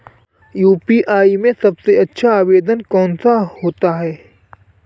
UPI में सबसे अच्छा आवेदन कौन सा होता है?